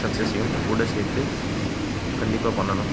சக்சஸ்ஸையும் கூட சேர்த்து கண்டிப்பாக பண்ணணும்